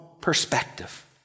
perspective